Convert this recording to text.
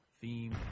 theme